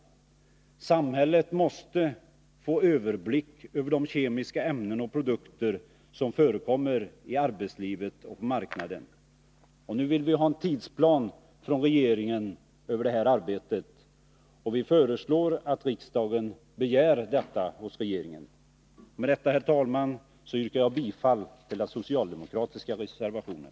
Samhället måste få överblick över de kemiska ämnen och produkter som förekommer i arbetslivet och på marknaden. Nu vill vi ha en tidsplan från regeringen över det här arbetet. Vi föreslår att riksdagen begär detta hos regeringen. Med detta, herr talman, yrkar jag bifall till den socialdemokratiska reservationen.